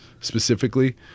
specifically